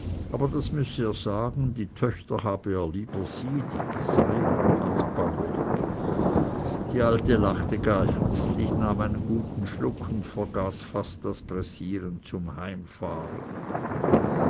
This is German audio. aber das müsse er sagen die töchter habe er lieber sydig als bauelig die alte lachte gar herzlich nahm einen guten schluck und vergaß fast das pressieren zum heimfahren